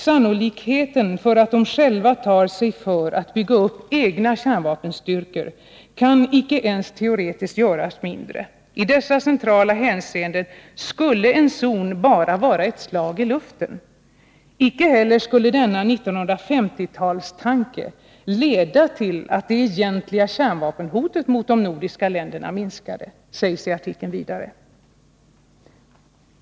”Sannolikheten för att de själva tar sig för att bygga upp egna kärnvapenstyrkor kan icke ens teoretiskt göras mindre. I dessa centrala hänseenden skulle en zon bara vara ett slag i luften. Icke heller skulle denna 1950-talstanke leda till att det egentliga kärnvapenhotet mot de nordiska länderna minskade”, sägs i artikeln vidare.